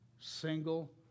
single